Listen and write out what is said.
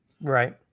right